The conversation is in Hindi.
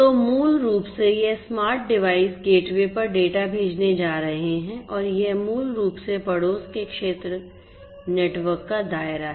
तो मूल रूप से ये स्मार्ट डिवाइस गेटवे पर डेटा भेजने जा रहे हैं और यह मूल रूप से पड़ोस के क्षेत्र नेटवर्क का दायरा है